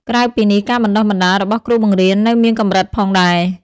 ក្រៅពីនេះ ការបណ្តុះបណ្តាលរបស់គ្រូបង្រៀននៅមានកម្រិតផងដែរ។